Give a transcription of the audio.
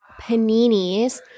paninis